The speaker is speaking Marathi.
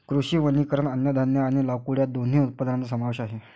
कृषी वनीकरण अन्नधान्य आणि लाकूड या दोन्ही उत्पादनांचा समावेश आहे